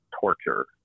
torture